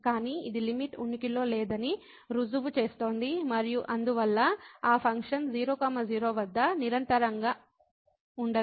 కానీ ఇది లిమిట్ ఉనికిలో లేదని రుజువు చేస్తుంది మరియు అందువల్ల ఆ ఫంక్షన్ 0 0 వద్ద నిరంతరంగా ఉండదు